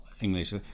English